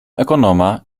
ekonoma